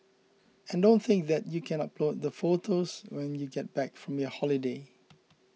and don't think that you can upload the photos when you get back from your holiday